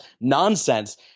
nonsense